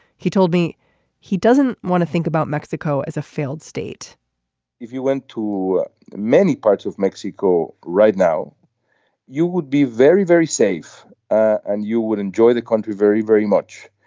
he told me he doesn't want to think about mexico as a failed state if you went to many parts of mexico right now you would be very very safe and you would enjoy the country very very much.